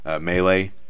Melee